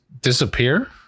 disappear